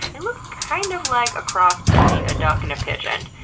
it looks kind of like a cross between a duck and a pigeon,